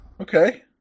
Okay